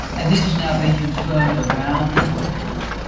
and this has now been confirmed around the world.